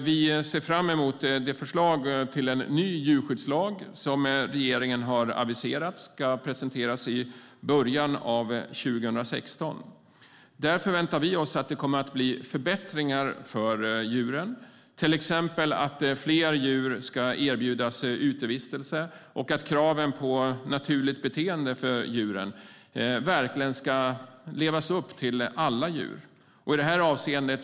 Vi ser fram emot det förslag till ny djurskyddslag som regeringen har aviserat ska presenteras i början av 2016. Vi förväntar oss att det blir förbättringar för djuren, till exempel att fler djur ska erbjudas utevistelse och att man lever upp till kraven på alla djurs rätt till ett naturligt beteende.